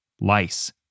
lice